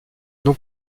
donc